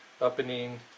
opening